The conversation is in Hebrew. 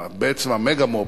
בעצם המגה-מו"פ,